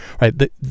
right